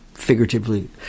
Figuratively